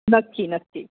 नक्की नक्की